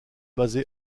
basée